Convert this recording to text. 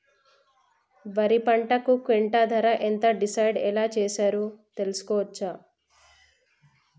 వరి పంటకు క్వింటా ధర ఎంత డిసైడ్ ఎలా చేశారు తెలుసుకోవచ్చా?